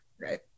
right